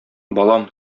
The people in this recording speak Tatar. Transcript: балам